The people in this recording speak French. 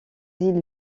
îles